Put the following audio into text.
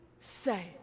say